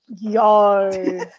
Yo